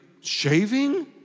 shaving